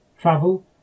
Travel